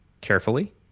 carefully